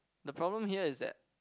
the problem here is that